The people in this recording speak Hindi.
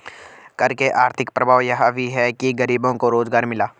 कर के आर्थिक प्रभाव यह भी है कि गरीबों को रोजगार मिला